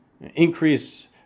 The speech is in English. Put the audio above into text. increase